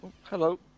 Hello